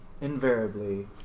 invariably